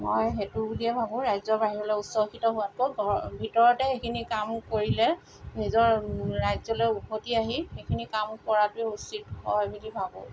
মই সেইটো বুলিয়ে ভাবোঁ ৰাজ্যৰ বাহিৰলৈ উচ্চশিক্ষিত হোৱাতকৈ ঘৰৰ ভিতৰতে সেইখিনি কামো কৰিলে নিজৰ ৰাজ্যলৈ ওভতি আহি সেইখিনি কাম কৰাটোৱে উচিত হয় বুলি ভাবোঁ